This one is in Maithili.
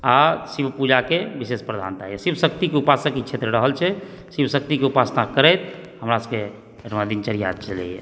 आ शिवपूजाके विशेष प्रधानता अछि शक्तिके उपासक ई क्षेत्र रहल छै शिव शक्तिके उपासना करैत हमरा सभकेँ दिनचर्या चलैए